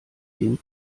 den